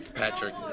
Patrick